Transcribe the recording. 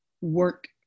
work